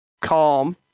calm